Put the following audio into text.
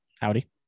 Howdy